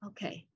Okay